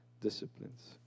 disciplines